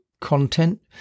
content